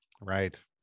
Right